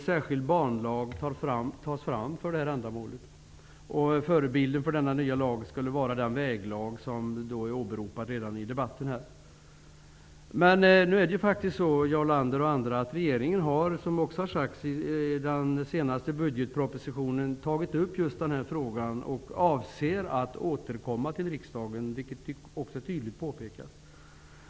Förebilden för denna nya lag skulle vara den väglag som tidigare åberopats i debatten. Jag vill till Jarl Lander och andra säga att regeringen i den senaste budgetpropositionen redan har tagit upp denna fråga och avser att återkomma till riksdagen, vilket tydligt påpekas.